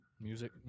music